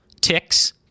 Ticks